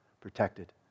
protected